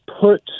put